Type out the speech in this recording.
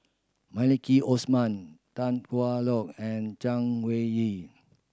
Maliki Osman Tan Hwa Luck and Chay Weng Yew